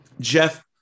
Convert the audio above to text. Jeff